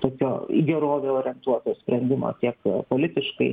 tokio į gerovę orientuoto sprendimo tiek politiškai